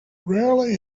rarely